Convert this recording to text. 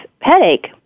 headache